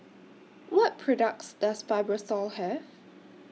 What products Does Fibrosol Have